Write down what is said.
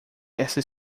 essa